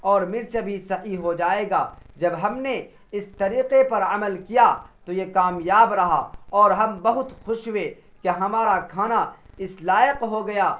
اور مرچ بھی صحیح ہو جائے گا جب ہم نے اس طریقے پر عمل کیا تو یہ کامیاب رہا اور ہم بہت خوش ہوئے کہ ہمارا کھانا اس لائق ہو گیا